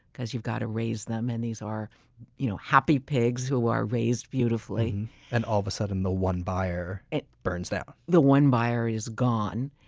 because you've got to raise them, and these are you know happy pigs who are raised beautifully and all of a sudden, the one buyer burns down the one buyer is gone.